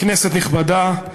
כנסת נכבדה,